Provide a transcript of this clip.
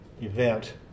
event